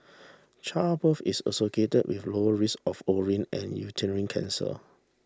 childbirth is associated with low risk of ovarian and uterine cancer